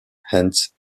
hence